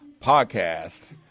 podcast